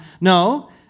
No